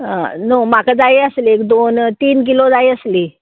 आं न्हू म्हाका जाय आसलेली दोन तीन किलो जाय आसली